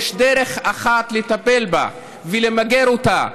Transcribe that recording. יש דרך אחת לטפל בה ולמגר אותה,